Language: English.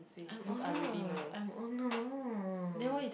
I'm honest I'm honest